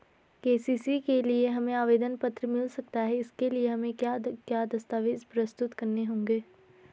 KCC के लिए हमें आवेदन पत्र मिल सकता है इसके लिए हमें क्या क्या दस्तावेज़ प्रस्तुत करने होंगे?